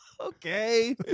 Okay